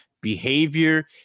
behavior